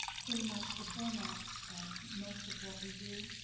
pretty much the format of most of what we do.